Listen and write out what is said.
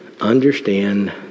understand